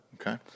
Okay